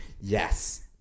Yes